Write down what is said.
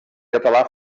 català